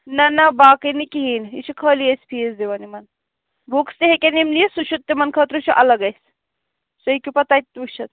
نہَ نہَ باقٕے نہَ کہیٖنٛۍ یہِ چھُ خألی أسۍ فیٖس دِوان یِمَن بُکٕس تہِ ہیٚکن یِم نِتھ سُہ چھُ تِمَن خٲطرٕ چھُ اَلگ اَسہِ تُہۍ ہیٚکو پَتہٕ تتہِ وُچھِتھ